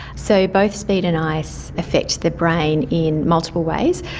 so both speed and ice affect the brain in multiple ways.